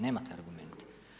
Nema te argument.